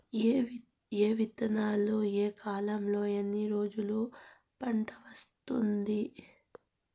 ఏ విత్తనాలు ఏ కాలంలో ఎన్ని రోజుల్లో పంట వస్తాది?